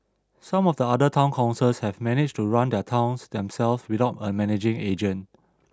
some of the other town councils have managed to run their towns themselves without a managing agent